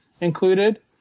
included